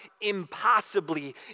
impossibly